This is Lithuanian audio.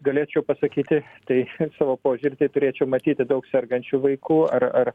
galėčiau pasakyti tai savo požiūriu tai turėčiau matyti daug sergančių vaikų ar ar